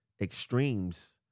extremes